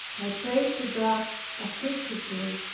i prayed to god assiduously,